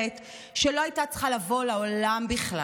שלא הייתה צריכה לבוא לעולם בכלל,